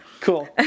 Cool